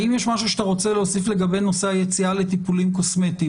האם יש משהו שאתה רוצה להוסיף לגבי נושא היציאה לטיפולים קוסמטיים?